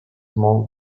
small